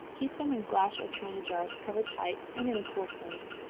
keep them in glass or china jars, covered tight, and in a cool place.